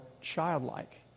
childlike